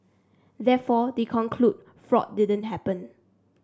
therefore they conclude fraud didn't happen